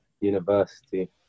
university